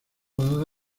dada